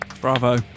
Bravo